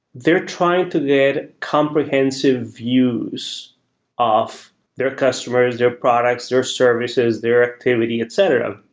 they're trying to get comprehensive views of their customers, their products, their services, their activity, etc,